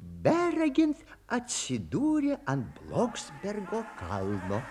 beregint atsidūrė ant blogzbergo kalno